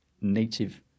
native